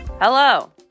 Hello